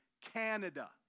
Canada